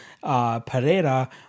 Pereira